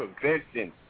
prevention